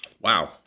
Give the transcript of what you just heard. Wow